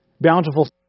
bountiful